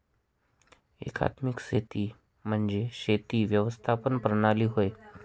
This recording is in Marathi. एकात्मिक शेती म्हणजे शेती व्यवस्थापन प्रणाली होय